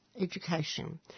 education